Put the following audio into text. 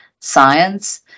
science